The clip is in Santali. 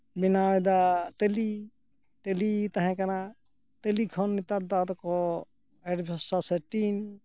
ᱵᱮᱱᱟᱣ ᱮᱫᱟ ᱴᱟᱹᱞᱤ ᱴᱟᱹᱞᱤ ᱛᱟᱦᱮᱸᱠᱟᱱᱟ ᱴᱟᱹᱞᱤ ᱠᱷᱚᱱ ᱱᱮᱛᱟᱨ ᱫᱚ ᱟᱫᱚ ᱠᱚ ᱮᱰᱵᱷᱮᱥᱴᱟᱨ ᱥᱮ ᱴᱤᱱ